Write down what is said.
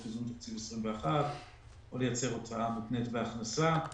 איזון תקציב 2021 או לייצר הוצאה מותנית בהכנסה.